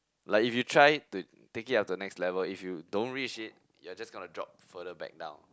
like if you try to take it up the next level if you don't reach it you're just gonna drop further back down